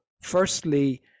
firstly